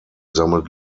sammelt